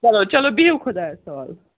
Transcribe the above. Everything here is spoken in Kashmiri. چَلو چَلو بِہِو خُدایَس حوال